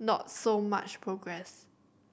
not so much progress